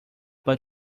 but